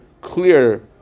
clear